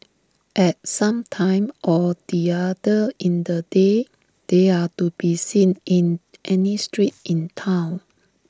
at some time or the other in the day they are to be seen in any street in Town